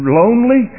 lonely